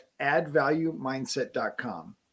addvaluemindset.com